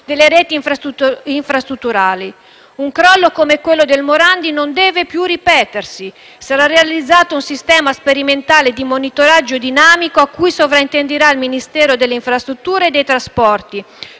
Un crollo come quello del Morandi non deve più ripetersi. Sarà realizzato un sistema sperimentale di monitoraggio dinamico, a cui sovrintenderà il Ministero delle infrastrutture e dei trasporti,